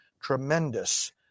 tremendous